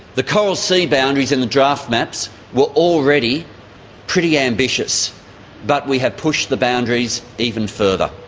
the coral sea boundaries in the draft maps were already pretty ambitious but we have pushed the boundaries even further.